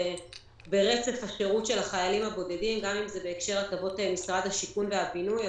צה"ל למשרד השיכון והבינוי.